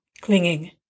clinging